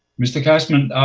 mr. kasman,